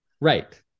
Right